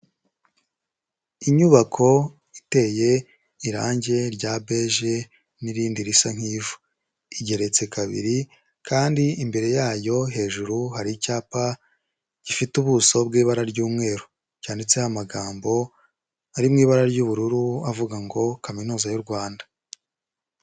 Inyubako iteye irangi rya beje n'irindi risa nki'vu igeretse kabiri kandi imbere yayo hejuru hari icyapa gifite ubuso bw'ibara ry'umweru, cyanditseho amagambo ari mu ibara ry'ubururu avuga ngo kaminuza y'uRwanda.